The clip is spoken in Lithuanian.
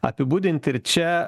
apibūdinti ir čia